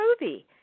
movie